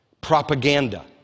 Propaganda